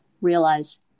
realize